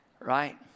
right